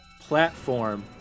platform